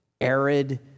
arid